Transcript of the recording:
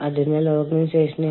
ഇപ്പോൾ അവ വളരെ വളരെ അത്യാവശ്യമാണ്